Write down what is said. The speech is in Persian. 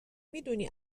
میدونی